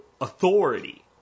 authority